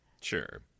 Sure